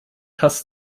hast